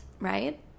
right